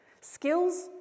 Skills